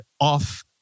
off